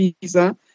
visa